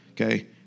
Okay